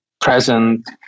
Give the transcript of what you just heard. present